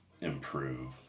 improve